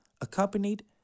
accompanied